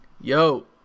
Yo